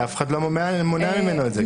אף אחד לא מונע ממנו את זה.